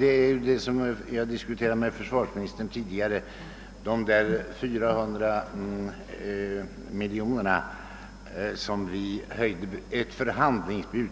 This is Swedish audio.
gällde den som jag tidigare diskuterat med försvarsministern, nämligen de 400 miljonerna, som var ett förhandlingsbud.